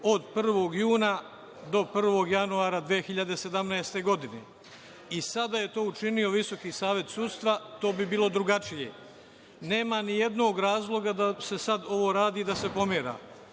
od 1. juna do 1. januara 2017. godine. I sada da je to učinio Visoki savet sudstva, to bi bilo drugačije. Nema nijednog razloga da se sad ovo radi i da se pomera,